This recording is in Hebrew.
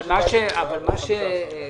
מה שהוא אומר,